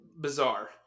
bizarre